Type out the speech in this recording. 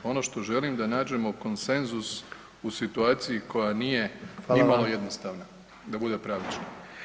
Ono što želim da nađemo konsenzus u situaciji koja nije nimalo jednostavna da bude pravična.